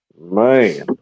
man